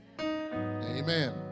Amen